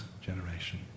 generation